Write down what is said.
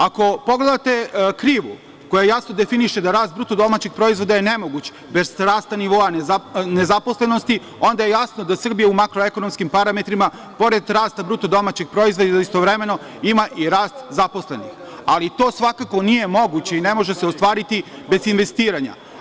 Ako pogledate krivu koja jasno definiše da rast BDP-a je nemoguć bez rasta nivoa zaposlenosti, onda je jasno da Srbija u makroekonomskim parametrima, pored rasta BDP-a, istovremeno ima i rast zaposlenih, ali i to svakako nije moguće i ne može se ostvariti bez investiranja.